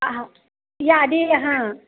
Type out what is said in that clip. हा यादी हां